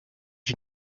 you